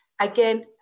Again